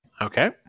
Okay